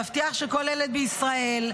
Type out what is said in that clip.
נבטיח שכל ילד בישראל,